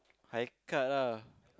high cut ah